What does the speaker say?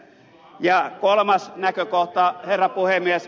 ja kolmas näkökohta herra puhemies